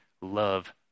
love